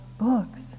books